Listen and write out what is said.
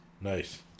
Nice